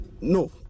No